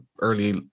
early